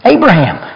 Abraham